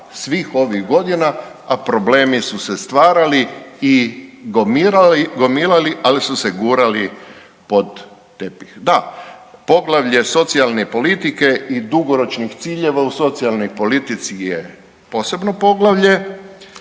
svih ovih godina, a problemi su se stvarali i gomilali ali su se gurali pod tepih. Da, poglavlje socijalne politike i dugoročnih ciljeva u socijalnoj politici je posebno poglavlje